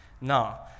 Now